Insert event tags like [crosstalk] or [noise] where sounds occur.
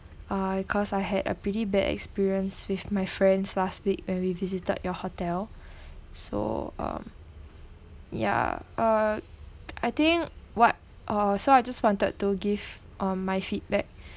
uh cause I had a pretty bad experience with my friends last week when we visited your hotel [breath] so um yeah uh I think what uh so I just wanted to give um my feedback